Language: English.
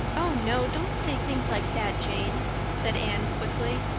oh, no, don't say things like that, jane, said anne quickly,